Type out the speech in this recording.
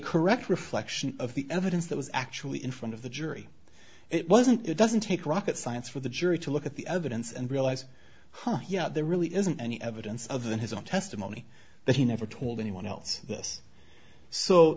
correct reflection of the evidence that was actually in front of the jury it wasn't it doesn't take rocket science for the jury to look at the evidence and realize ha yeah there really isn't any evidence other than his own testimony that he never told anyone else